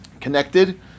connected